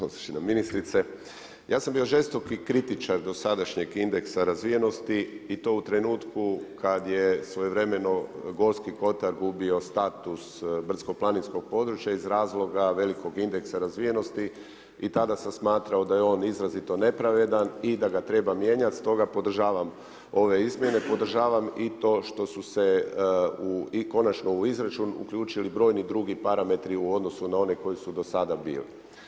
Uvažena ministrice, ja sam bio žestoki kritičar dosadašnjeg indeksa razvijenosti i to u trenutku kada je svojevremeno Gorski Kotar gubio status brdsko-planinskog područja iz razloga velikog indeksa razvijenosti i tada sam smatrao da je on izrazito nepravedan i da ga treba mijenjati stoga podržavam ove izmjene, podržavam i to što su se i konačno u izračun uključili i brojni drugi parametri u odnosu na one koji su do sada bili.